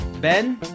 Ben